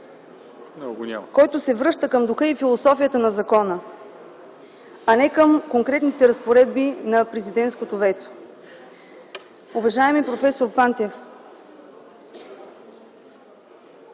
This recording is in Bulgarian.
който се връща към духа и философията на закона, а не към конкретните разпоредби на президентското вето. Уважаеми проф. Пантев,